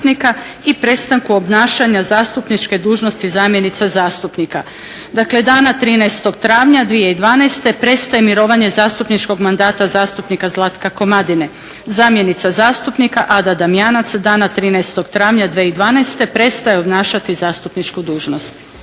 i prestanku obnašanja zastupničke dužnosti zamjenice zastupnika. Dakle, dana 13. travnja 2012. prestaje mirovanje zastupničkog mandata zastupnika Zlatka Komadine. Zamjenica zastupnika Ada Damjanac dana 13. travnja 2012. prestaje obnašati zastupničku dužnost.